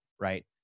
right